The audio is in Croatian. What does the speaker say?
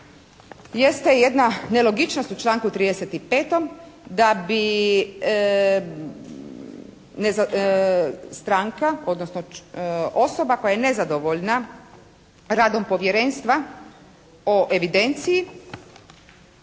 jeste jedna nelogičnost u članku 35. da bi stranka odnosno osoba koja je nezadovoljna radom Povjerenstva o evidenciji